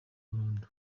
burundu